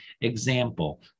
Example